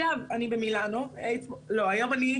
אתמול הייתי